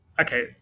okay